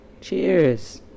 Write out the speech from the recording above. Cheers